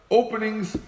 openings